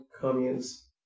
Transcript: communes